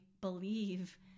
believe